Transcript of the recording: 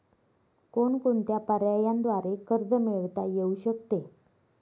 कोणकोणत्या पर्यायांद्वारे कर्ज मिळविता येऊ शकते?